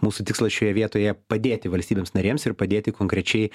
mūsų tikslas šioje vietoje padėti valstybėms narėms ir padėti konkrečiai